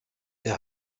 wir